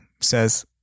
says